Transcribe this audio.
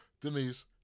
Denise